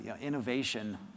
innovation